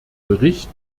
bericht